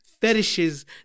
fetishes